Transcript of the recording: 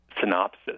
synopsis